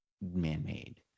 man-made